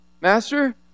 master